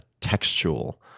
textual